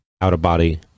out-of-body